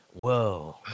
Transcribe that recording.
whoa